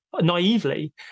naively